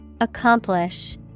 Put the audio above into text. Accomplish